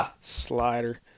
Slider